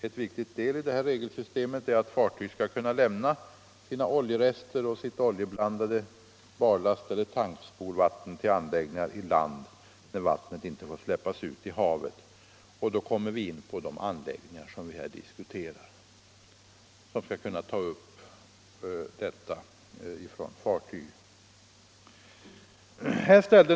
En viktig del i detta regelsystem är att fartyg skall kunna lämna sina oljerester och sin oljeblandade barlast eller tankspolvatten till anläggningar i land, när vattnet inte får släppas ut i havet, och då kommer vi in på de anläggningar vi här diskuterar och som skall kunna ta hand om detta från fartyg.